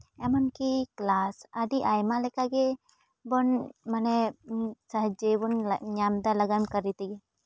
ᱮᱢᱚᱱ ᱠᱤ ᱠᱞᱟᱥ ᱟᱹᱰᱤ ᱟᱭᱢᱟ ᱞᱮᱠᱟᱜᱮ ᱵᱚᱱ ᱢᱟᱱᱮ ᱥᱟᱦᱟᱡᱽᱡᱚ ᱜᱮᱵᱚᱱ ᱧᱟᱢᱫᱟ ᱞᱟᱜᱟᱱ ᱠᱟᱹᱨᱤ ᱛᱮᱜᱮ